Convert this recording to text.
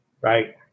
Right